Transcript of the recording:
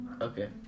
Okay